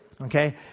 okay